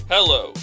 Hello